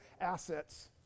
assets